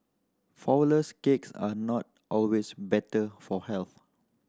flourless cakes are not always better for health